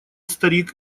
старик